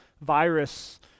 virus